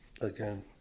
Again